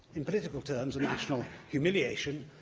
in political terms, a national humiliation,